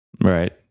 Right